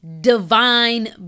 divine